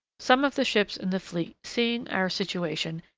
some of the ships in the fleet, seeing our situation,